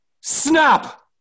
snap